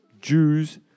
Jews